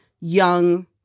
young